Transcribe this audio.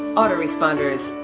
autoresponders